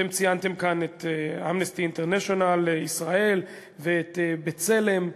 אתם ציינתם כאן את "אמנסטי אינטרנשיונל ישראל" ואת "בצלם".